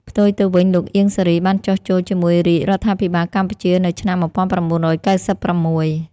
ផ្ទុយទៅវិញ លោកអៀង សារី បានចុះចូលជាមួយរាជ រដ្ឋាភិបាលកម្ពុជានៅឆ្នាំ១៩៩៦ ។